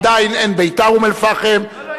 עדיין אין "בית"ר אום-אל-פחם" לא,